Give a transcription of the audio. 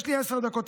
יש לי עשר דקות,